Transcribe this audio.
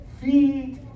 feet